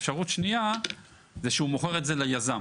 אפשרות שנייה זה שהוא מוכר את זה ליזם.